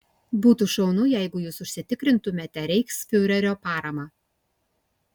būtų šaunu jeigu jūs užsitikrintumėte reichsfiurerio paramą